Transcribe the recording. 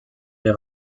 les